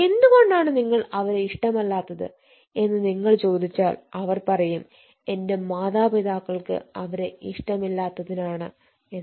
എന്തുകൊണ്ടാണ് നിങ്ങൾക്ക് അവരെഇഷ്ടമല്ലാത്തത് എന്ന് നിങ്ങൾ ചോദിച്ചാൽ അവർ പറയും എന്റെ മാതാപിതാക്കൾക്ക് അവരെ ഇഷ്ടമല്ലാത്തതിനാലാണ് എന്ന്